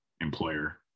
employer